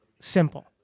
simple